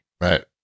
Right